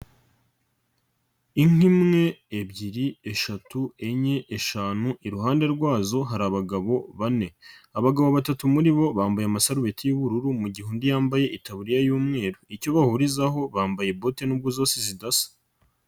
Inka imwe, ebyiri, eshatu, enye, eshanu, iruhande rwazo hari abagabo bane. Abagabo batatu muri bo bambaye amasarubeti y'ubururu mu gihe undi yambaye ikaburiya y'umweru. Icyo bahurizaho bambaye bote nubwo zose zidasa.